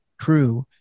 true